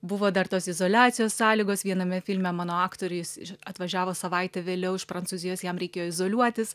buvo dar tos izoliacijos sąlygos viename filme mano aktoriais atvažiavo savaite vėliau iš prancūzijos jam reikėjo izoliuotis